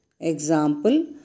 Example